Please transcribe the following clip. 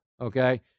okay